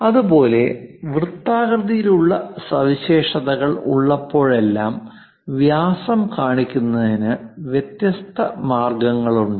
അതുപോലെ വൃത്താകൃതിയിലുള്ള സവിശേഷതകൾ ഉള്ളപ്പോഴെല്ലാം വ്യാസം കാണിക്കുന്നതിന് വ്യത്യസ്ത മാർഗങ്ങളുണ്ട്